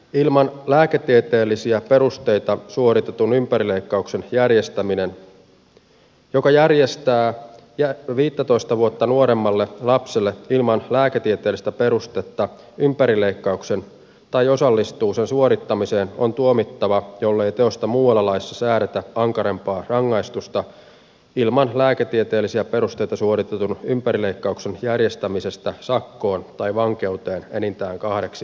ilman lääketieteellisiä perusteita suoritetun ympärileikkauksen järjestäminen joka järjestää viittätoista vuotta nuoremmalle lapselle ilman lääketieteellisiä perusteita ympärileikkauksen tai osallistuu sen suorittamiseen on tuomittava jollei teosta muualla laissa säädetä ankarampaa rangaistusta ilman lääketieteellisiä perusteita suoritetun ympärileikkauksen järjestämisestä sakkoon tai vankeuteen enintään kahdeksi vuodeksi